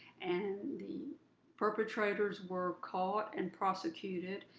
and the perpetrators were caught and prosecuted,